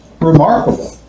Remarkable